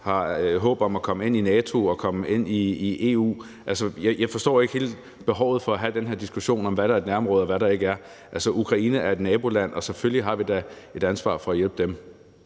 har håb om at komme ind i NATO og komme ind i EU. Jeg forstår ikke helt behovet for at have den her diskussion om, hvad der er et nærområde, og hvad der ikke er. Altså, Ukraine er et naboland, og selvfølgelig har vi da et ansvar for at hjælpe dem.